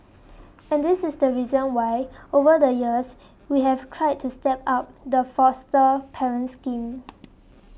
and this is the reason why over the years we have tried to step up the foster parent scheme